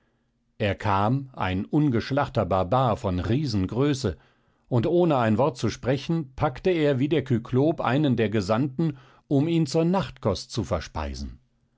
er kam ein ungeschlachter barbar von riesengröße und ohne ein wort zu sprechen packte er wie der kyklop einen der gesandten um ihn zur nachtkost zu verspeisen